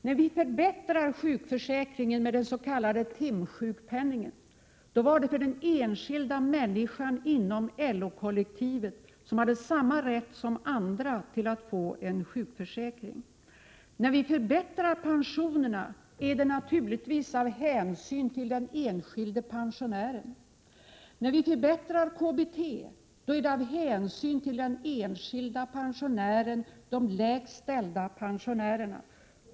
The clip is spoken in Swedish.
När vi förbättrade sjukförsäkringen med den s.k. timsjukpenningen var det för den enskilda människans skull inom LO-kollektivet, som skulle ha samma rätt som andra att få en sjukförsäkring. När vi förbättrar pensionerna är det naturligtvis av hänsyn till den enskilde pensionären. När vi förbättrar KBT är det av hänsyn till den enskilde pensionären, till dem som har de lägsta pensionerna.